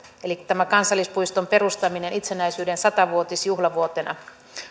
eli tämä kansallispuiston perustaminen itsenäisyyden sata vuotisjuhlavuotena